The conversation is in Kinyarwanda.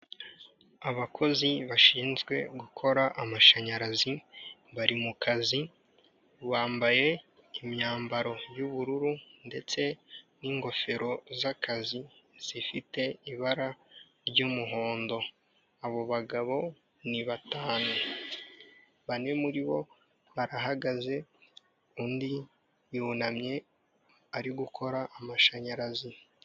Abakozi bashinzwe gukora amashanyarazi bari mu kazi bambaye imyambaro y'ubururu ndetse n'ingofero z'akazi zifite ibara ry'umuhondo, abo bagabo ni batanu bane muri bo barahagaze undi yunamye ari gukora amashanyarazi.